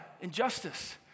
injustice